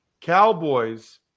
Cowboys